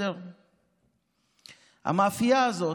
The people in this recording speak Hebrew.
המאפייה הזאת,